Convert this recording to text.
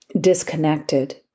disconnected